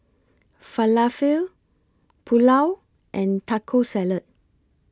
Falafel Pulao and Taco Salad